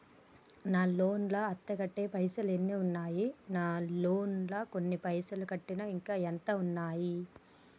నా లోన్ లా అత్తే కట్టే పైసల్ ఎన్ని ఉన్నాయి నా లోన్ లా కొన్ని పైసల్ కట్టిన ఇంకా ఎంత ఉన్నాయి?